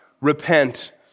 repent